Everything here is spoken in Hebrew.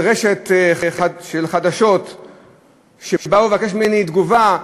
רשת של חדשות שבאה לבקש ממני תגובה,